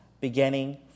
beginning